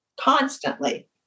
constantly